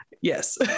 yes